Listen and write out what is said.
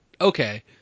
Okay